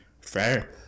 Fair